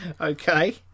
Okay